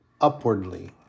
upwardly